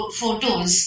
photos